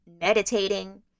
meditating